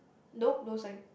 nope no sign